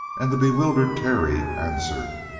and the bewildered terry answered